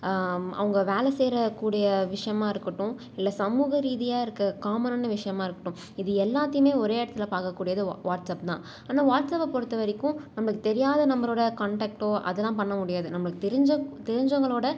அவங்க வேலை செய்கிற கூடிய விஷயமா இருக்கட்டும் இல்லை சமூகரீதியாக இருக்க காமனான விஷயமா இருக்கட்டும் இது எல்லாத்தேயுமே ஒரே இடத்துல பார்க்கக்கூடியது வா வாட்ஸ்அப் தான் ஆனால் வாட்ஸ்அப்பை பொறுத்த வரைக்கும் நம்மளுக்கு தெரியாத நம்பரோடு காண்டாக்ட்டோ அதலாம் பண்ண முடியாது நம்மளுக்கு தெரிஞ்ச தெரிஞ்சவங்களோடு